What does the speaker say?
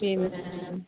जी ma'am